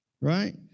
Right